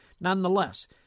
nonetheless